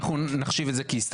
אנחנו נחשיב את זה כהסתייגות.